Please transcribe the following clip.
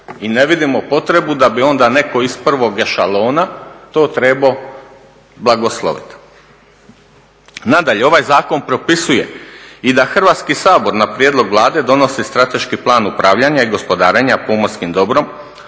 I ne vidimo potrebnu da bi onda netko iz prvog ešalona to trebao blagosloviti. Nadalje, ovaj zakon propisuje i da Hrvatski sabor na prijedlog Vlade donosi strateški plan upravljanja i gospodarenja pomorskim dobrom